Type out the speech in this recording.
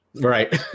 Right